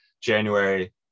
January